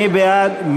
מי בעד?